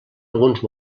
alguns